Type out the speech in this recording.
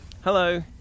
Hello